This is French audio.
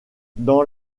dans